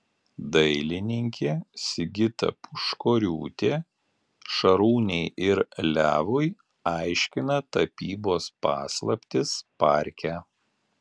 dailininkė sigita puškoriūtė šarūnei ir levui aiškina tapybos paslaptis parke